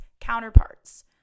counterparts